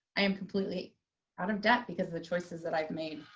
i am completely out of debt because the choices that i've made.